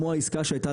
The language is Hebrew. כמו העסקה שהייתה,